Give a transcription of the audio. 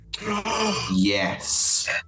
Yes